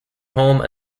hulme